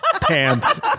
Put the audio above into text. Pants